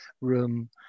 room